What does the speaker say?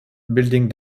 building